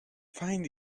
find